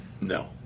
no